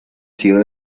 sido